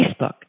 Facebook